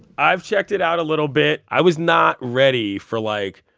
i've checked it out a little bit. i was not ready for, like,